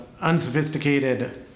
unsophisticated